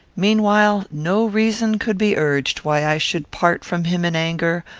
meanwhile, no reason could be urged why i should part from him in anger,